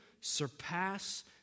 surpass